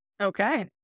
Okay